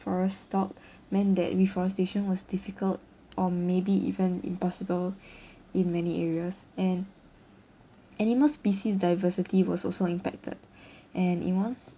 forest stock meant that reforestation was difficult or maybe even impossible in many areas and animal species diversity was also impacted and in one